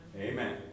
Amen